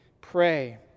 pray